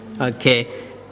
Okay